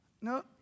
No